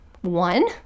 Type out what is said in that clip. one